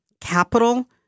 capital